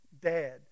dad